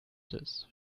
this